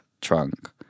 trunk